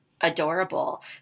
adorable